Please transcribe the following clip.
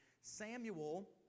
Samuel